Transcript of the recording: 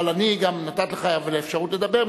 אבל אני גם נתתי לך אפשרות לדבר,